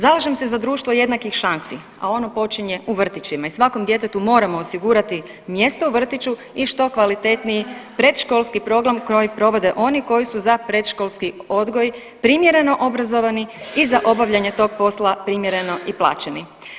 Zalažem se za društvo jednakih šansi, a ono počinje u vrtićima i svakom djetetu moramo osigurati mjesto u vrtiću i što kvalitetniji predškolski program koji provode oni koji su za predškolski odgoj primjereno obrazovani i za obavljanje tog posla primjereno i plaćeni.